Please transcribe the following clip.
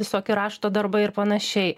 visoki rašto darbai ir panašiai